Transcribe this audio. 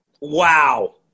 Wow